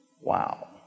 Wow